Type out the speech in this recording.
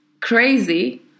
crazy